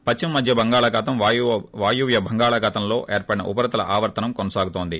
పశ్చిమ మధ్య బంగాళాఖాతంవాయవ్వ బంగాళాఖాతంలో ఏర్పడిన ఉపరితల ఆవర్తనం కొనసాగుతోంది